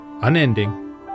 unending